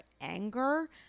anger